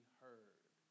heard